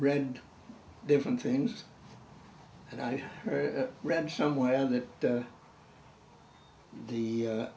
read different things and i read somewhere that the he